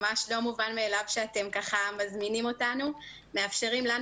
ממש לא מובן מאליו שאתם מזמינים אותנו ומאפשרים לנו,